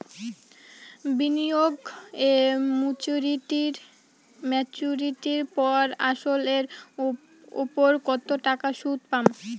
বিনিয়োগ এ মেচুরিটির পর আসল এর উপর কতো টাকা সুদ পাম?